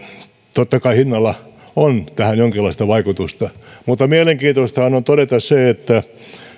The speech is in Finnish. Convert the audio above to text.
totta kai hinnalla on tähän jonkinlaista vaikutusta mutta mielenkiintoista on todeta se että